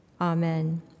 Amen